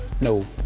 No